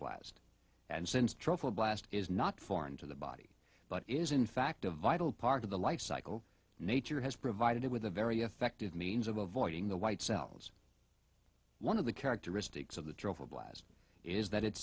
blast and since truffle blast is not foreign to the body but is in fact a vital part of the life cycle nature has provided it with a very effective means of avoiding the white cells one of the characteristics of the trophy blast is that it's